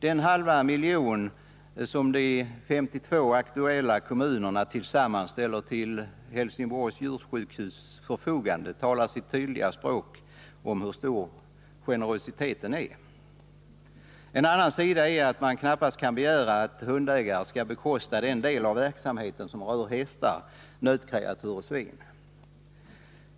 Den halva miljon som de 52 aktuella kommunerna tillsammans ställer till Helsingborgs djursjukhus förfogande talar sitt tydliga språk om hur stor generositeten är. En annan sida är att man knappast kan begära att hundägarna skall bekosta den del av verksamheten som rör hästar, nötkreatur och svin.